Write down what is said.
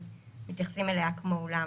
אז מתייחסים אליה כמו אולם